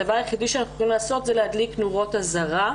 הדבר היחיד שאנחנו יכולים לעשות זה להדליק נורות אזהרה.